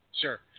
Sure